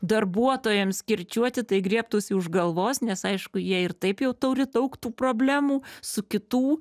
darbuotojams kirčiuoti tai griebtųsi už galvos nes aišku jie ir taip jau tauri daug tų problemų su kitų